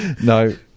No